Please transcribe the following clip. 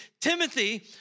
Timothy